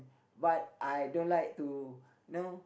but I don't like to you know